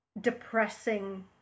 depressing